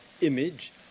image